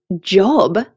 job